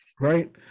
right